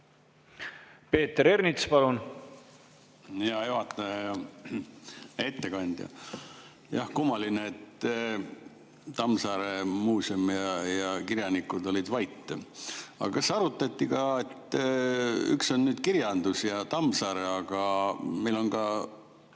Peeter Ernits, palun! Hea juhataja! Hea ettekandja! Jah, kummaline, et Tammsaare muuseum ja kirjanikud olid vait. Aga kas arutati ka, et üks asi on kirjandus ja Tammsaare, aga meil on